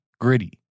gritty